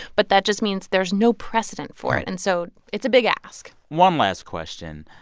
but that just means there's no precedent for it. and so it's a big ask one last question